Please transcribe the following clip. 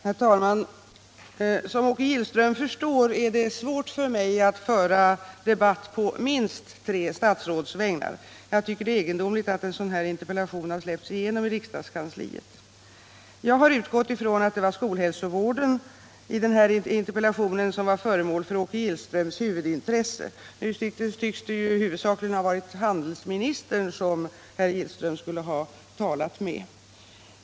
Herr talman! Som Åke Gillström förstår är det svårt för mig att föra debatt på minst tre statsråds vägnar. Jag tycker det är egendomligt att en sådan här interpellation har släppts igenom i kammarkansliet. Jag har utgått ifrån att det var skolhälsovården som var föremål för herr Gillströms huvudintresse i den här interpellationen. Nu tycks det huvudsakligen ha varit handelsministern som herr Gillström skulle ha talat med.